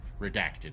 Redacted